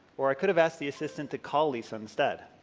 or i could have asked the assistant to call lisa instead.